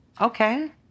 Okay